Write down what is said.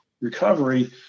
recovery